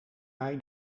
mij